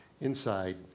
inside